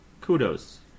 kudos